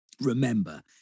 Remember